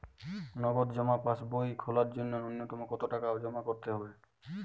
নগদ জমা পাসবই খোলার জন্য নূন্যতম কতো টাকা জমা করতে হবে?